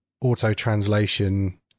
auto-translation